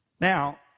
Now